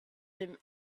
him